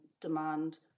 demand